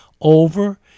over